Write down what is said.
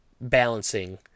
balancing